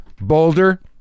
Boulder